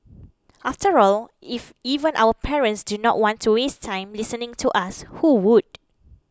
after all if even our parents do not want to waste time listening to us who would